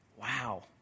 wow